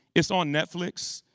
it's on netflix.